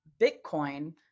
Bitcoin